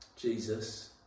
Jesus